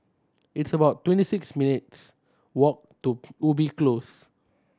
it's about twenty six minutes' walk to Ubi Close